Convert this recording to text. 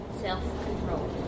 self-control